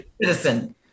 citizen